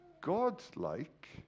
God-like